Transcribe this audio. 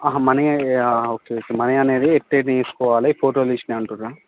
ఆహా money okay okay money అనేది ఇట్టే తీసుకోవాలి ఫోటో తీసినా అంటుర్రా